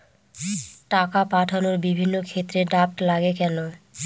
টাকা পাঠানোর বিভিন্ন ক্ষেত্রে ড্রাফট লাগে কেন?